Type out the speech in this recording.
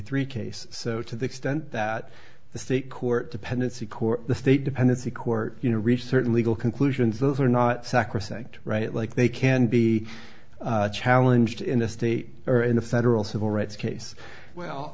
three case so to the extent that the state court dependency court the state dependency court you know reach certain legal conclusions those are not sacrosanct right like they can be challenged in a state or in a federal civil rights case well